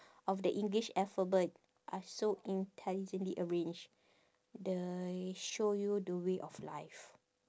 of the english alphabet are so intelligently arranged they show you the way of life